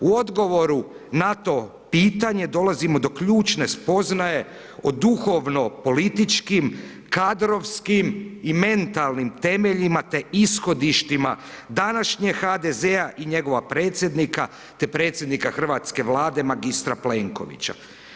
U odgovoru na to pitanje dolazimo do ključne spoznaje o duhovno političkim, kadrovskim i mentalnim temeljima te ishodištima današnjeg HDZ-a i njegovo predsjednika te predsjednika hrvatske Vlade magistra Plenkovića.